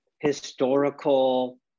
historical